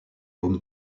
homme